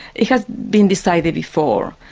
it has been decided before.